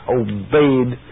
obeyed